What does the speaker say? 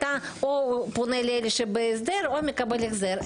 אתה פונה לאלה שבהסדר או מקבל החזר.